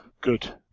Good